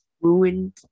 ruined